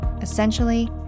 Essentially